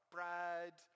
Brad